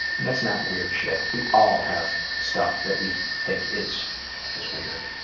and that's not weird shit. we all have stuff that we think is is weird.